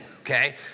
okay